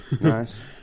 Nice